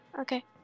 Okay